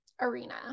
arena